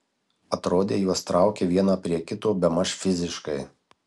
atrodė juos traukia vieną prie kito bemaž fiziškai